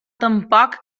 tampoc